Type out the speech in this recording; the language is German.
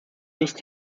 nicht